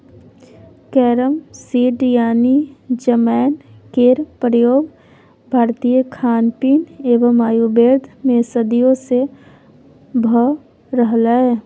carrom seed यानी जमैन केर प्रयोग भारतीय खानपीन एवं आयुर्वेद मे सदियों सँ भ रहलैए